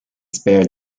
spared